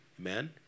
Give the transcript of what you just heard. amen